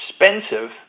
expensive